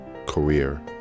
career